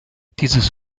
dieses